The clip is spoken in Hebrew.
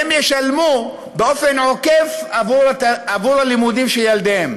באופן עוקף את הלימודים של ילדיהם.